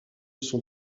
son